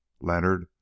Leonard